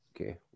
Okay